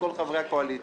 כל חברי הקואליציה,